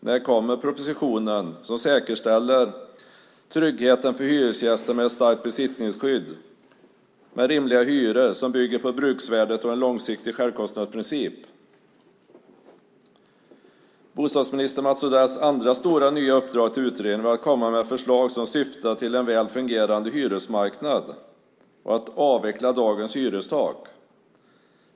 När kommer propositionen som säkerställer tryggheten för hyresgäster med ett starkt besittningsskydd och med rimliga hyror som bygger på bruksvärdet och en långsiktig självkostnadsprincip? Bostadsminister Mats Odells andra stora nya uppdrag till utredningen var att komma med förslag som syftar till en väl fungerande hyresmarknad och att avveckla dagens hyrestak.